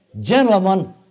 Gentlemen